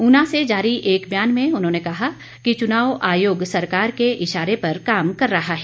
ऊना से जारी एक बयान में उन्होंने कहा कि चुनाव आयोग सरकार के इशारे पर काम कर रहा है